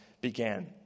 began